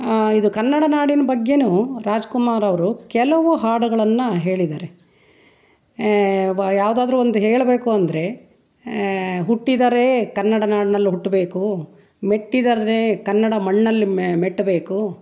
ಇದು ಕನ್ನಡ ನಾಡಿನ ಬಗ್ಗೆಯೂ ರಾಜಕುಮಾರ್ ಅವರು ಕೆಲವು ಹಾಡುಗಳನ್ನು ಹೇಳಿದ್ದಾರೆ ಯಾವುದಾದ್ರು ಒಂದು ಹೇಳಬೇಕು ಅಂದರೆ ಹುಟ್ಟಿದರೆ ಕನ್ನಡ ನಾಡ್ನಲ್ಲಿ ಹುಟ್ಬೇಕು ಮೆಟ್ಟಿದರೆ ಕನ್ನಡ ಮಣ್ಣಲ್ಲಿ ಮೆಟ್ಟಬೇಕು